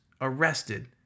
arrested